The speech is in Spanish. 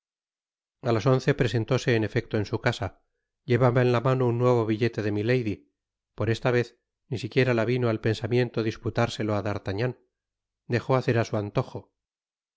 a las once presentóse en efecto en su casa llevaba en la mano un nuevo billete de milady por esta vez ni siquiera la vino al pensamiento disputárselo á d'artagnan dejóle hacer á su antojo